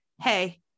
hey